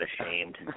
ashamed